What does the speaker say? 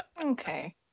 Okay